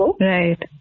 Right